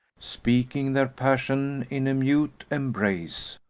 speaking their passion in a mute embrace.